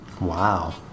Wow